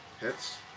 Hits